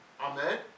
Amen